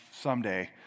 someday